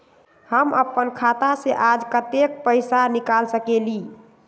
हम अपन खाता से आज कतेक पैसा निकाल सकेली?